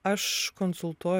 aš konsultuoju